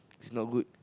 it's not good